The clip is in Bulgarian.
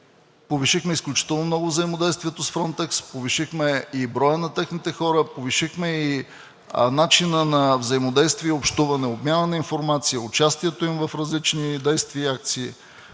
Повишихме изключително много взаимодействието с „Фронтекс“, повишихме и броя на техните хора, повишихме и начинът на взаимодействие и общуване, обмяната на информация, участието им в различни действия, и акции,